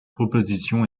proposition